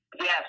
Yes